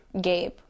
Gabe